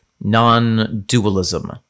non-dualism